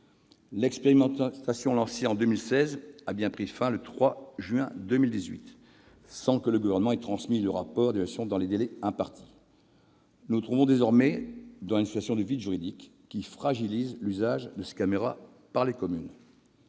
L'expérimentation, lancée en 2016, a bien pris fin le 3 juin 2018, sans que le Gouvernement ait transmis le rapport d'évaluation dans les délais impartis. Nous nous trouvons désormais dans une situation de vide juridique, qui fragilise l'usage de ces caméras par les communes.